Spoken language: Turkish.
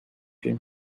film